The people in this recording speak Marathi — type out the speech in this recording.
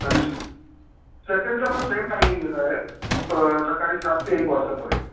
आणि से सेकंडचं पण सेम टाइमिंगच आहे सकाळी सात ते एक वाजतापर्यंत